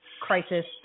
crisis